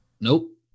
Nope